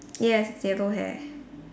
yes yellow hair